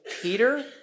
Peter